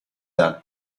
then